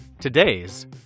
today's